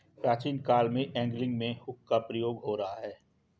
प्राचीन काल से एंगलिंग में हुक का प्रयोग हो रहा है